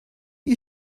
you